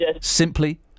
simply